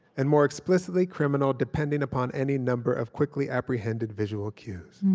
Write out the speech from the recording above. and more explicitly criminal depending upon any number of quickly apprehended visual cues.